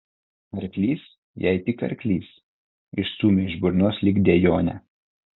arklys jai tik arklys išstūmė iš burnos lyg dejonę